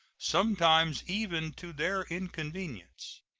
sometimes even to their inconvenience.